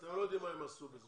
ואתם לא יודעים מה הם עשו בזה.